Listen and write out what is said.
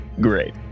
Great